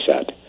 set